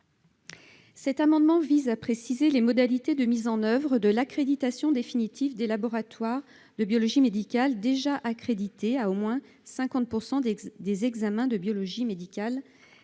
Cet amendement vise à préciser les modalités de mise en oeuvre de l'accréditation définitive des laboratoires de biologie médicale déjà accrédités pour au moins 50 % des examens de biologie médicale